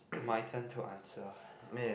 my turn to answer